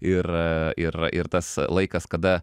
ir ir ir tas laikas kada